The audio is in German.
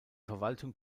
verwaltung